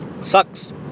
Sucks